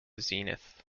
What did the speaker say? zenith